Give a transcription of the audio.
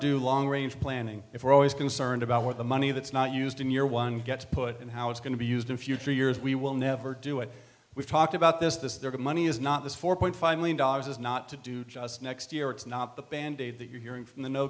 do long range planning if we're always concerned about where the money that's not used in year one gets put and how it's going to be used in future years we will never do it we've talked about this this is their money is not this four point five billion dollars is not to do just next year it's not the band aid that you're hearing from the no